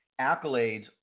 accolades